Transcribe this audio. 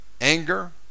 Anger